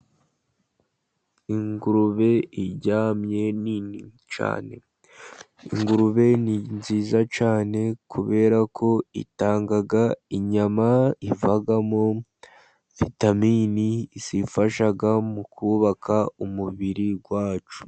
Ingurube iryamye nini cyane, ingurube ni nziza cyane, kubera ko itanga inyama ivamo vitamini zifasha mu kubaka umubiri wacu.